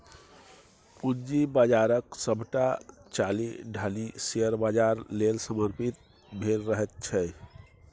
पूंजी बाजारक सभटा चालि ढालि शेयर बाजार लेल समर्पित भेल रहैत छै